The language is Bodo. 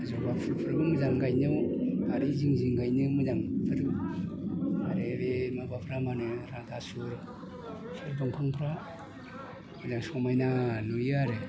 जबा फुलफ्राबो मोजां गायनायाव आरो जिं जिं गायनो मोजां आरो मा होनो आथासु दंफांफ्रा समायना नुयो आरो